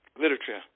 literature